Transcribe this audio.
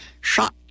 shot